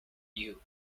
you